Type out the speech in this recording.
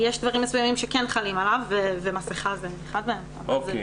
לא מקימים מעבדות מאפס